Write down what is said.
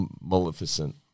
maleficent